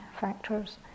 factors